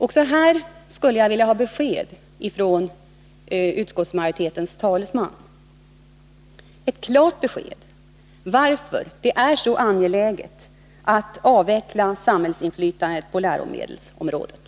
Också härvidlag skulle jag vilja ha ett besked från utskottsmajoritetens talesman — ett klart besked om varför det är så angeläget att avveckla samhällsinflytandet på läromedelsområdet.